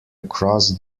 across